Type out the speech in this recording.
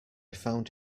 found